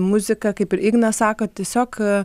muzika kaip ir ignas sako tiesiog